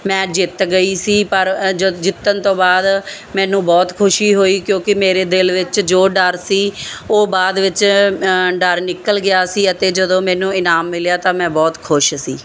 ਮੈਂ ਜਿੱਤ ਗਈ ਸੀ ਪਰ ਜਿੱਤਣ ਤੋਂ ਬਾਅਦ ਮੈਨੂੰ ਬਹੁਤ ਖੁਸ਼ੀ ਹੋਈ ਕਿਉਂਕਿ ਮੇਰੇ ਦਿਲ ਵਿੱਚ ਜੋ ਡਰ ਸੀ ਉਹ ਬਾਅਦ ਵਿੱਚ ਡਰ ਨਿਕਲ ਗਿਆ ਸੀ ਅਤੇ ਜਦੋਂ ਮੈਨੂੰ ਇਨਾਮ ਮਿਲਿਆ ਤਾਂ ਮੈਂ ਬਹੁਤ ਖੁਸ਼ ਸੀ